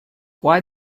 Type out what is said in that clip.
why